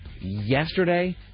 yesterday